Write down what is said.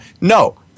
No